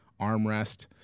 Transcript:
armrest